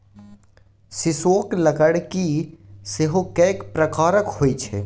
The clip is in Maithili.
सीसोक लकड़की सेहो कैक प्रकारक होए छै